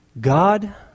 God